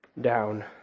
down